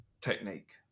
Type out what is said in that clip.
technique